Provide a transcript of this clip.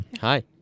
Hi